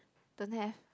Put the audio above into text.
don't have